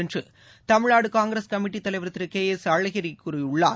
என்றுதமிழ்நாடுகாங்கிரஸ் கமிட்டித் தலைவர் திருகே எஸ் அழகிரிகூறியுள்ளார்